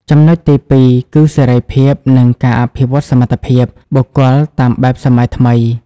ចំណុចទីពីរគឺ "សេរីភាព" និង "ការអភិវឌ្ឍសមត្ថភាព" បុគ្គលតាមបែបសម័យថ្មី។